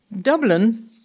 Dublin